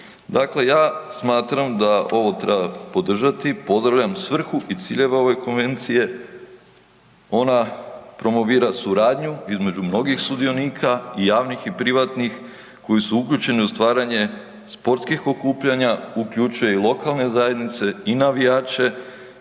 Dakle ja smatram da ovo treba podržati, pozdravljam svrhu i ciljeve ove konvencije, ona promovira suradnju između mnogih sudionika i javnih i privatnih koji su uključeni u stvaranje sportskih okupljanja, uključuje i lokalne zajednice i navijače,